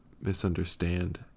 misunderstand